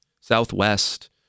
southwest